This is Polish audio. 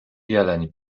jeleń